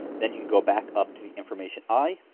then you can go back up to the information i,